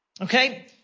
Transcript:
Okay